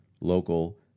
local